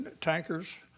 tankers